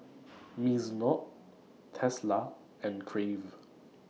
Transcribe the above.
Mizuno Tesla and Crave